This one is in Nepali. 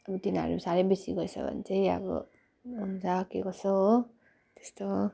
तिनीहरूले साह्रै बेसी गरेछ भने चाहिँ अब जा के गर्छ हो त्यस्तो